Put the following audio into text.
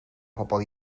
pobl